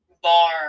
bar